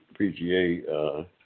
PGA